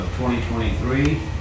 2023